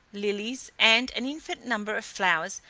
lilies, and an infinite number of flowers,